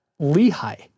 Lehi